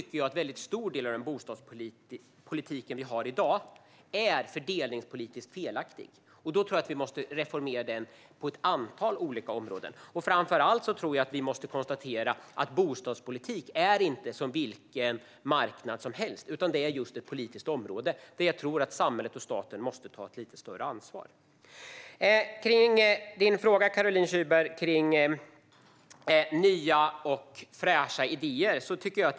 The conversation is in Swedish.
En väldigt stor del av den bostadspolitik vi har i dag är fördelningspolitiskt felaktig. Vi måste reformera den på ett antal olika områden. Framför allt måste vi konstatera att bostadspolitik inte är som politiken för vilken marknad som helst. Det är ett politiskt område där samhället och staten måste ta ett lite större ansvar. Du ställde en fråga om nya och fräscha idéer, Caroline Szyber.